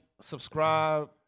subscribe